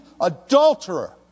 adulterer